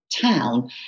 town